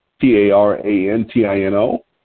T-A-R-A-N-T-I-N-O